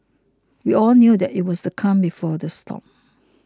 we all knew that it was the calm before the storm